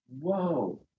Whoa